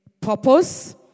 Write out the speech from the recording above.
purpose